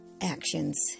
actions